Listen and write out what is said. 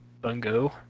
Bungo